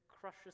crushes